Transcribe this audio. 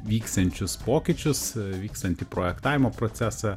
vyksiančius pokyčius vykstantį projektavimo procesą